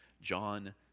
John